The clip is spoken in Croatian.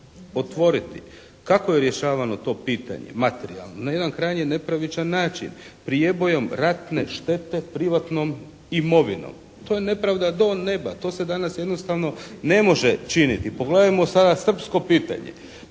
otvoriti. Kako je rješavano to pitanje, materijalno? Na jedan krajnje nepravičan način. Prijebojom ratne štete privatnom imovinom. To je nepravda do neba, to se danas jednostavno ne može činiti. Pogledajmo sada srpsko pitanje.